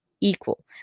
equal